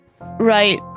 right